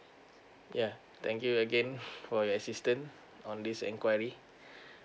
yeah thank you again for your assistant on this enquiry